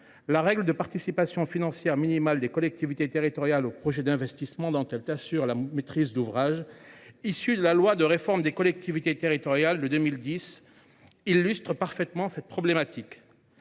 La règle de participation financière minimale des collectivités territoriales aux projets d’investissement dont elles assurent la maîtrise d’ouvrage, issue de la loi du 16 décembre 2010 de réforme des collectivités territoriales, illustre parfaitement cette problématique.